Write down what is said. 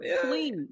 please